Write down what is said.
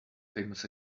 famous